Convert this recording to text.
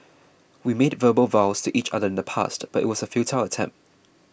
we made verbal vows to each other in the past but it was a futile attempt